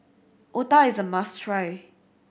Otah is a must try